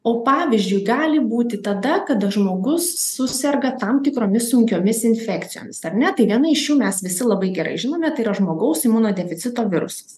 o pavyzdžiui gali būti tada kada žmogus suserga tam tikromis sunkiomis infekcijomis ar ne tai viena iš jų mes visi labai gerai žinome tai yra žmogaus imunodeficito virusas